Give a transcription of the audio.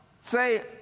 say